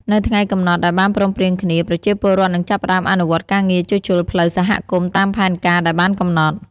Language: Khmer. នៅថ្ងៃកំណត់ដែលបានព្រមព្រៀងគ្នា ប្រជាពលរដ្ឋនឹងចាប់ផ្ដើមអនុវត្តការងារជួសជុលផ្លូវសហគមន៍តាមផែនការដែលបានកំណត់។